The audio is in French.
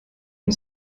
une